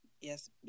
Yes